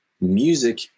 music